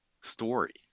story